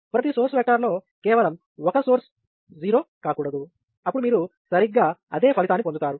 ప్రతి సోర్స్ వెక్టర్లో కేవలం ఒక సోర్స్ మాత్రమే '0' కాకూడదు అప్పుడు మీరు సరిగ్గా అదే ఫలితాన్ని పొందుతారు